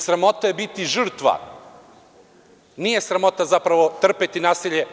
Sramota je biti žrtva, nije sramota trpeti nasilje.